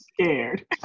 scared